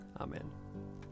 Amen